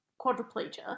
quadriplegia